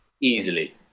easily